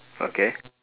okay